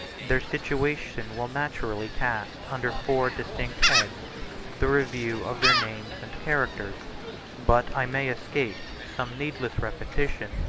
their situation will naturally cast under four distinct heads the review of their names and characters but i may escape some needless repetition,